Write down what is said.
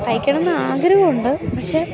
തയ്ക്കണം എന്ന് ആഗ്രഹമുണ്ട് പക്ഷേ